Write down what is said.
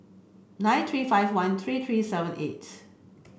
nine three five one three three seven eight